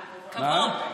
כבוד.